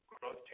growth